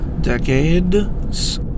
decades